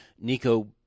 Nico